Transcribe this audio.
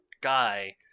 guy